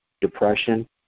depression